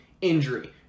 injury